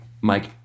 mike